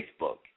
Facebook